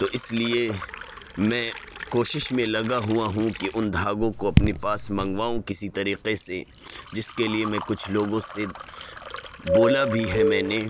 تو اس لیے میں کوشش میں لگا ہوا ہوں کہ ان دھاگوں كو اپنے پاس منگواؤں كسی طریقے سے جس كے لیے میں کچھ لوگوں سے بولا بھی ہے میں نے